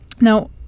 Now